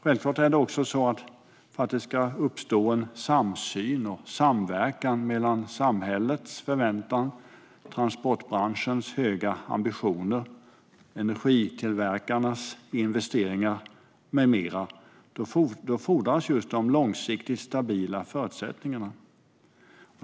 För att det ska uppstå en samsyn och en samverkan mellan samhällets förväntan och transportbranschens höga ambitioner, energitillverkarnas investeringar med mera fordras självklart just långsiktigt stabila förutsättningar.